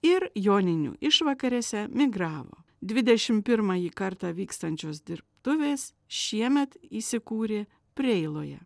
ir joninių išvakarėse migravo dvidešim pirmąjį kartą vykstančios dirbtuvės šiemet įsikūrė preiloje